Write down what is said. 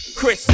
Chris